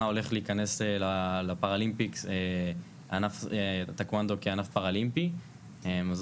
הולך להיכנס למשחקים האולימפיים טקוונדו כענף פרה-לימפי.